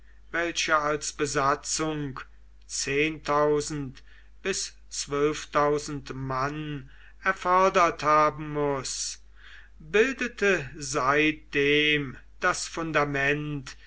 welche als besatzung mann erfordert haben muß bildete seitdem das fundament